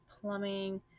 plumbing